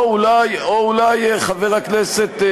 או אולי, חבר הכנסת,